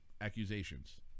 accusations